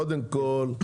קודם כול,